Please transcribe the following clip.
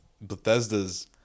Bethesda's